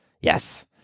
Yes